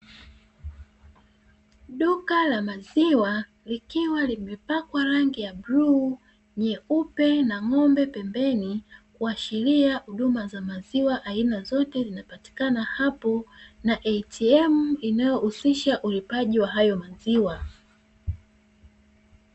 Duka la maziwa likiwa limepakwa rangi ya bluu, nyeupe na ng'ombe pembeni, kuashiria huduma za maziwa aina zote zinapatika hapo, na ATM inayohusisha ulipaji wa hayo maziwa.